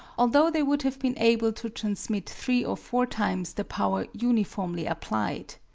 although they would have been able to transmit three or four times the power uniformly applied.